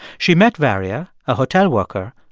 she met varya, a hotel worker,